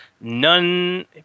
none